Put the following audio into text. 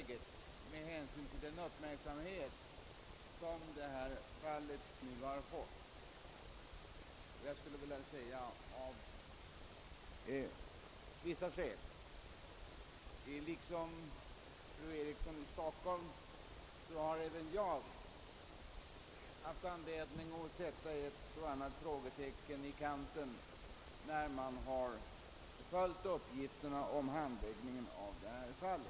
Det fall vi nu diskuterar har väckt stor uppmärksamhet, och av vissa skäl har jag liksom fru Eriksson i Stockholm haft anledning att sätta ett och annat frågetecken i kanten när jag har följt uppgifterna om handläggningen av fallet.